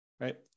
right